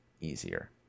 easier